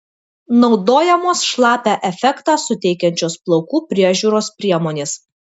naudojamos šlapią efektą suteikiančios plaukų priežiūros priemonės